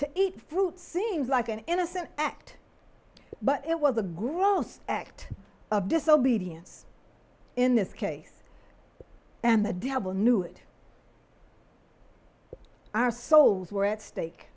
to eat fruit seems like an innocent act but it was a gross act of disobedience in this case and the devil knew it our souls were at stake